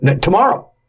tomorrow